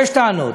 יש טענות.